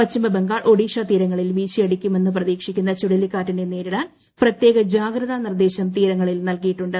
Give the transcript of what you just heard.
പശ്ചിമബംഗാൾ ഒഡീഷ തീരങ്ങളിൽ വീശിയടിക്കുമെന്ന് പ്രതീക്ഷിക്കുന്ന ചുഴലിക്കാറ്റിനെ നേരിടാൻ പ്രത്യേക ജാഗ്രതാ നിർദ്ദേശം തീരങ്ങളിൽ നൽകിയിട്ടുണ്ട്